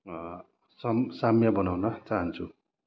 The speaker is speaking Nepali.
सम साम्य बनाउन चहान्छु